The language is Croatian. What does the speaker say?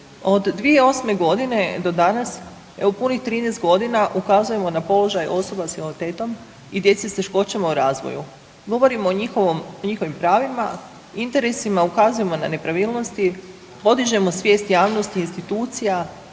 Od 2008. g. do danas, u punih 13 godina ukazujemo na položaj osoba s invaliditetom i djeci s teškoćama u razvoju. Govorimo o njihovim pravima, interesima, ukazujemo na nepravilnosti, podižemo svijest javnosti i institucija,